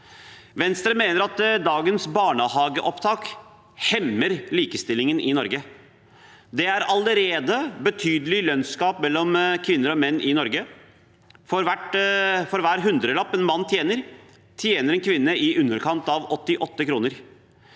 Venstre mener at dagens barnehageopptak hemmer likestillingen i Norge. Det er allerede et betydelig lønnsgap mellom kvinner og menn i Norge. For hver hundrelapp en mann tjener, tjener en kvinne i underkant av 88 kr.